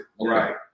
Right